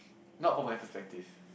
not for my perspective